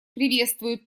приветствует